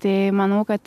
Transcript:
tai manau kad